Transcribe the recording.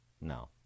no